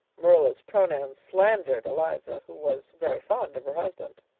marilla's pronouns slandered eliza, who was very fond of her husband.